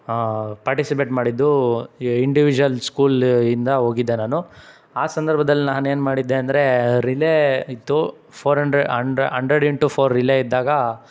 participate ಮಾಡಿದ್ದು individual ಸ್ಕೂಲಿಂದ ಹೋಗಿದ್ದೆ ನಾನು ಆ ಸಂದರ್ಭದಲ್ಲಿ ನಾನು ಏನು ಮಾಡಿದ್ದೆ ಅಂದರೆ ರಿಲೇ ಇತ್ತು four hundred hundred hundred into four relay ಇದ್ದಾಗ